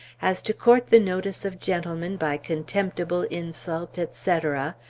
as to court the notice of gentlemen by contemptible insult, etc,